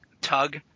tug